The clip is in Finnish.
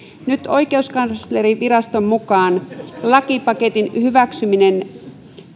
nyt oikeuskanslerinviraston mukaan lakipaketin hyväksymisen